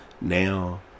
now